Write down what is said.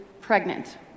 pregnant